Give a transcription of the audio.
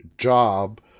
job